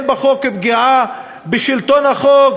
אבל אני רוצה לומר פה משהו.